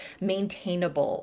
maintainable